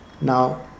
Now